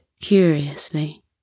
curiously